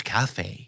Cafe